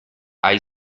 hay